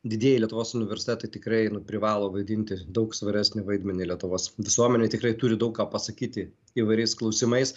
didieji lietuvos universitetai tikrai nu privalo vaidinti daug svaresnį vaidmenį lietuvos visuomenei tikrai turi daug ką pasakyti įvairiais klausimais